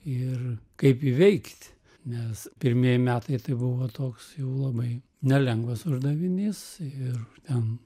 ir kaip įveikt nes pirmieji metai tai buvo toks jau labai nelengvas uždavinys ir ten